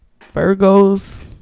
Virgos